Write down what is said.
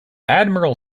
admiral